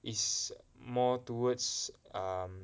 is more towards um